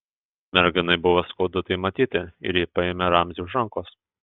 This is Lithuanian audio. merginai buvo skaudu tai matyti ir ji paėmė ramzį už rankos